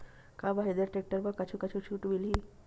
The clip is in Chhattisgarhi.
का महिंद्रा टेक्टर म कुछु छुट मिलही?